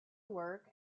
work